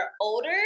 older